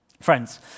Friends